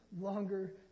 longer